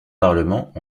parlement